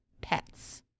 pets